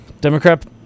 Democrat